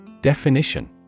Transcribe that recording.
Definition